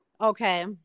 Okay